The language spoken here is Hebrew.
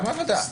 גם עבודה.